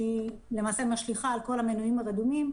שהיא למעשה משליכה על כל המנויים הרדומים,